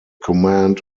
command